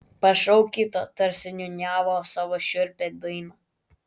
pašauk kitą tarsi niūniavo savo šiurpią dainą